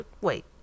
Wait